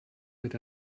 mit